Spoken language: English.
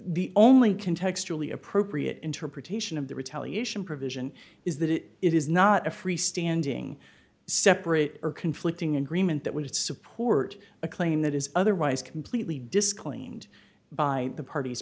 the only can textually appropriate interpretation of the retaliation provision is that it is not a free standing separate or conflicting agreement that would support a claim that is otherwise completely disclaimed by the parties